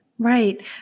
Right